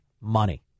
Money